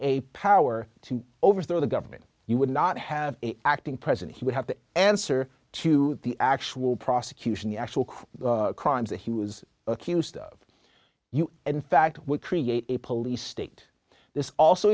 a power to overthrow the government you would not have acting president he would have to answer to the actual prosecution the actual crime the crimes that he was accused of you in fact would create a police state this also